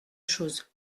chose